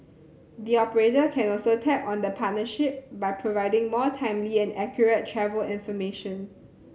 the operator can also tap on the partnership by providing more timely and accurate travel information